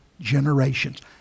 generations